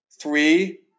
three